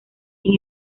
sin